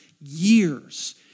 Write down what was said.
years